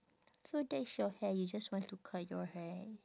so that's your hair you just want to cut your hair